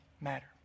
matter